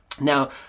now